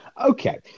Okay